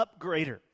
upgrader